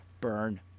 burn